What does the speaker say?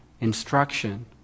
instruction